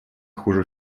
хуже